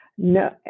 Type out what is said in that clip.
No